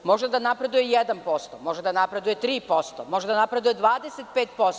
Može da napreduje 1%, može da napreduje 3%, može da napreduje 25%